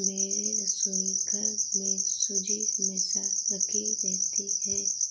मेरे रसोईघर में सूजी हमेशा राखी रहती है